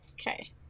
okay